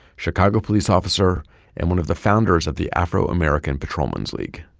chicago police officer and one of the founders of the afro-american patrolmen's league